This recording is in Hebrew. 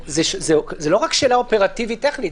זה לא רק שאלה אופרטיבית טכנית,